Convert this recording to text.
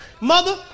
Mother